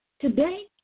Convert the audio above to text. Today